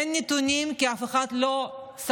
אין נתונים כי אף אחד לא ספר.